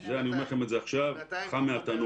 את זה אני אומר לכם עכשיו, חם מהתנור.